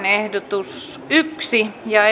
ehdotus kahdeksan ja